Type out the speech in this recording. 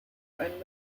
and